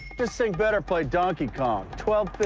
this thing better play donkey kong twelve